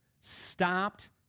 Stopped